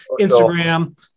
Instagram